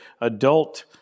adult